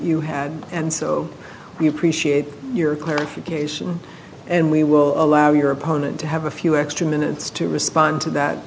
you had and so we appreciate your clarification and we will allow your opponent to have a few extra minutes to respond to that